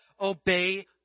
obey